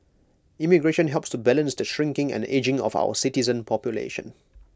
immigration helps to balance the shrinking and ageing of our citizen population